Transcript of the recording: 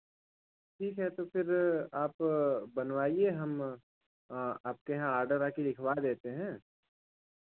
ठीक है तो फिर आप बनवाइए हम आपके यहाँ ऑडर आकर लिखवा देते हैं